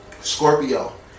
scorpio